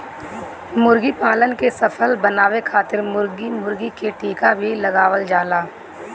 मुर्गीपालन के सफल बनावे खातिर मुर्गा मुर्गी के टीका भी लगावल जाला